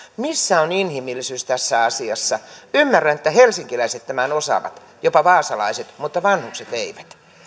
missä on inhimillisyys tässä asiassa ymmärrän että helsinkiläiset tämän osaavat jopa vaasalaiset mutta vanhukset eivät